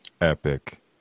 Epic